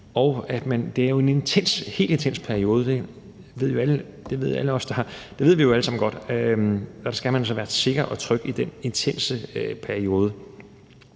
Det er jo en meget intens periode. Det ved vi jo alle sammen godt. Og der skal man så være sikker og tryg i den intense periode.